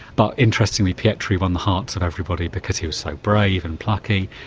but, interestingly, pietri won the hearts of everybody because he was so brave and plucky.